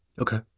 Okay